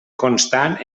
constar